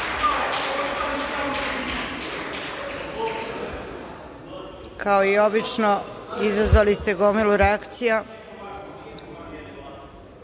Kao i obično, izazvali ste gomilu reakcija.